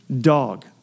dog